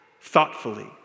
thoughtfully